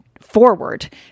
forward